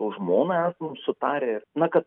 su žmona esam sutarę na kad